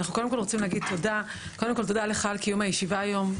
אנחנו קודם כל רוצים להגיד תודה לך על קיום הישיבה היום,